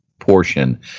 portion